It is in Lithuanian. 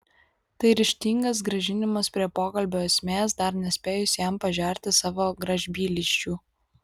tai ryžtingas grąžinimas prie pokalbio esmės dar nespėjus jam pažerti savo gražbylysčių